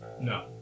No